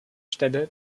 stelle